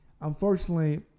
unfortunately